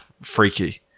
freaky